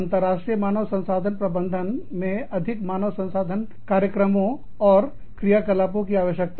अंतर्राष्ट्रीय मानव संसाधन प्रबंधन में अधिक मानव संसाधन कार्यक्रमों और और क्रियाकलापों की आवश्यकता है